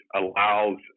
allows